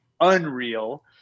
unreal